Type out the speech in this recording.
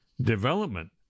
development